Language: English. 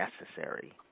necessary